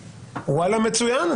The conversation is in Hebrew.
מצוין,